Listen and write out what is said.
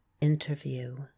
Interview